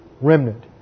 remnant